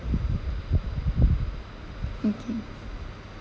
okay